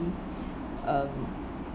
um